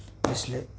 यसले